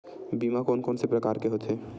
बीमा कोन कोन से प्रकार के होथे?